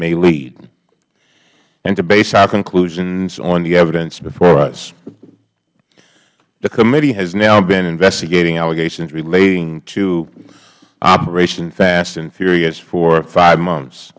may lead and to base our conclusions on the evidence before us the committee has now been investigating allegations relating to operation fast and furious for five months